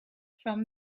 from